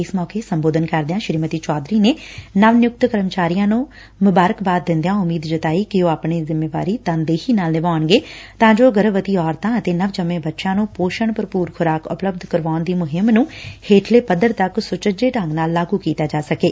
ਇਸ ਮੌਕੇ ਸੰਬੋਧਨ ਕਰਦਿਆਂ ਸ੍ਰੀਮਤੀ ਚੌਧਰੀ ਨੇ ਨਵ ਨਿਯੁਕਤ ਮੁਲਾਜ਼ਮਾਂ ਨੂੰ ਮੁਬਾਰਕਬਾਦ ਦਿੰਦਿਆਂ ਉਮੀਦ ਜਤਾਈ ਕਿ ਉਹ ਆਪਣੀ ਜਿੰਮੇਵਾਰੀ ਤਨਦੇਹੀ ਨਾਲ ਨਿਭਾਉਣਗੇ ਤਾਂ ਜੋ ਗਰਭਵਤੀ ਔਰਤਾਂ ਅਤੇ ਨਵਜੰਮੇ ਬੱਚਿਆਂ ਨੁੰ ਪੋਸ਼ਣ ਭਰਪੁਰ ਖੁਰਾਕ ਉਪਲਬੱਧ ਕਰਾਉਣ ਦੀ ਮੁਹਿੰਮ ਨੂੰ ਹੇਠਲੇ ਪੱਧਰ ਤੱਕ ਸੁਚੱਜੇ ਢੰਗ ਨਾਲ ਲਾਗੁ ਕੀਤਾ ਜਾ ਸਕੇ